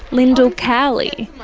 lyndall cowley,